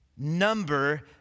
Number